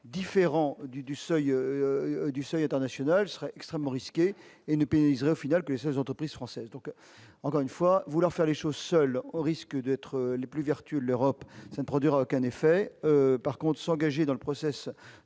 différent du du seuil du secrétaire national serait extrêmement risqué et ne pèse au final de ces entreprises françaises donc encore une fois, vouloir faire les choses seul au risque d'être les plus vertueux, l'Europe ne produira aucun effet, par contre, s'engager dans le processus,